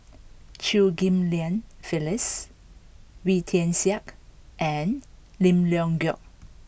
Chew Ghim Lian Phyllis Wee Tian Siak and Lim Leong Geok